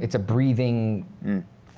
it's a breathing